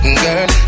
girl